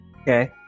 okay